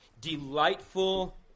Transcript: delightful